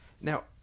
now